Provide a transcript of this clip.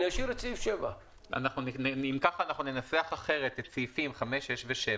אני אשאיר את סעיף 7. אם כך ננסח אחרת את סעיפים 5,6 ו-7,